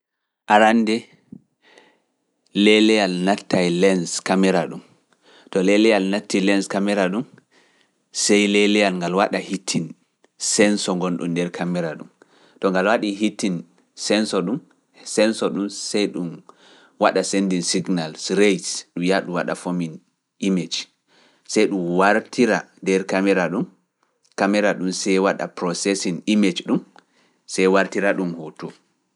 Arannde leleyal nattay darorde kamera ɗum, to leleyal natti lens kamera ɗum, sey leleyal ngal hoda dow senso gonɗum nder kamera ɗum, to ngal hodi dow senso ɗum, senso ɗum sey ɗum nelda signal, sai ɗum yaa ɗum waɗa foomin image, sey ɗum wartira nder kamera ɗum, kamera ɗum sey waɗa processin image ɗum, sey wartira ɗum naatal bodngal.